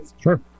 Sure